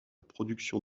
production